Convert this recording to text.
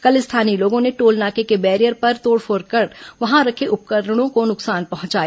कल स्थानीय लोगों ने टोल नाके के बैरियर पर तोड़फोड़ कर वहां रखे उपकरणों को नुकसान पहुंचाया